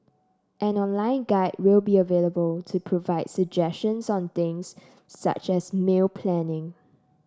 an online guide will be available to provide suggestions on things such as meal planning